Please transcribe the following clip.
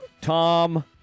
Tom